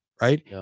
right